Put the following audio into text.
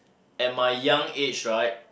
at my young age right